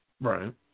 right